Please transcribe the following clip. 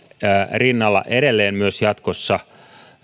rinnalla edelleen myös jatkossa